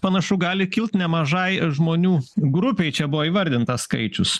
panašu gali kilt nemažai žmonių grupei čia buvo įvardintas skaičius